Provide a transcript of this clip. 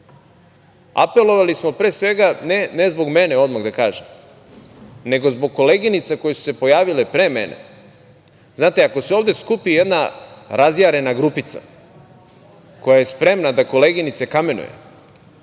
apelovali smo, pre svega, ne zbog mene, odmah da kažem, neko zbog koleginica koje su se pojavile pre mene. Znate, ako se ovde skupi jedna razjarena grupica koja je spremna da koleginice kamenuje